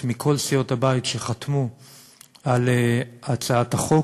מכל סיעות הבית שחתמו על הצעת החוק.